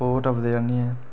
ओह् टपदे आह्नियै